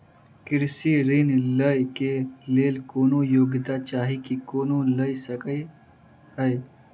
कृषि ऋण लय केँ लेल कोनों योग्यता चाहि की कोनो लय सकै है?